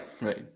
right